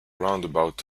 roundabout